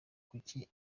kuki